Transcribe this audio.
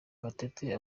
gatete